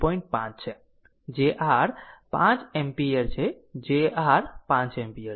5 છે જે r 5 ampere છે જે r 5 એમ્પીયર છે